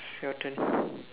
is your turn